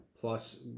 plus